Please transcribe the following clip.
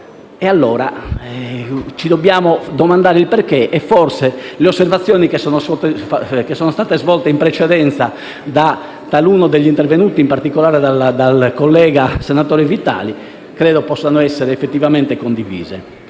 allora domandarcene le ragioni e forse le osservazioni che sono state svolte in precedenza da taluni colleghi, in particolare dal collega senatore Vitali, credo possano essere effettivamente condivise.